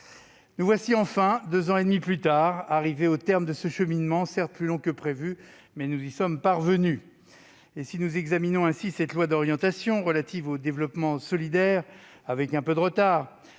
Nous voilà donc enfin, deux ans et demi plus tard, arrivés au terme de ce cheminement, certes plus long que prévu, mais nous y sommes parvenus. Et si nous examinons ce projet de loi de programmation relatif au développement solidaire et à la lutte contre